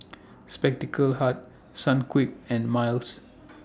Spectacle Hut Sunquick and Miles